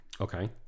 Okay